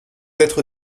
être